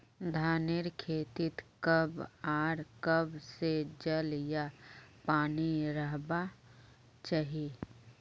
धानेर खेतीत कब आर कब से जल या पानी रहबा चही?